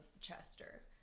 Chester